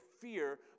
fear